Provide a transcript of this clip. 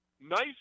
nice